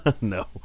no